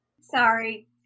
Sorry